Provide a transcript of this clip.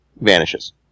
vanishes